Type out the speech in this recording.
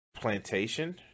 plantation